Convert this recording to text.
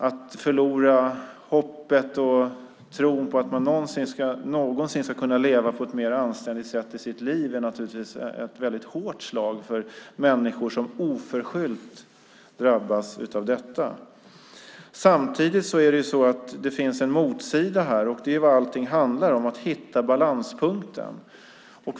Detta med att förlora hoppet om och tron på att någonsin kunna leva på ett mer anständigt sätt i sitt liv är naturligtvis ett väldigt hårt slag för människor som oförskyllt drabbas. Samtidigt finns det en motsida här - det är vad allting handlar om; det gäller att hitta en balanspunkt.